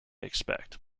expect